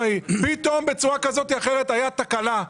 פתאום בצורה כזאת או אחרת הייתה תקלה.